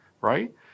right